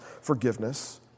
forgiveness